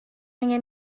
angen